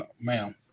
ma'am